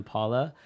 Paula